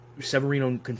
Severino